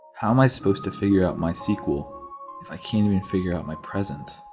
how am i supposed to figure out mysql, if i can't even figure out my present?